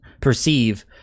perceive